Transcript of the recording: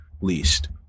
least